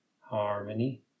harmony